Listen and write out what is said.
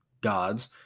gods—